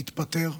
התפטר,